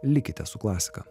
likite su klasika